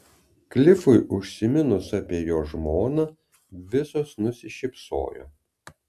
klifui užsiminus apie jo žmoną visos nusišypsojo